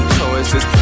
choices